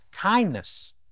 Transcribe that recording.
Kindness